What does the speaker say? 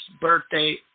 birthday